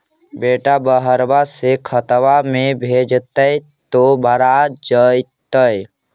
बेटा बहरबा से खतबा में भेजते तो भरा जैतय?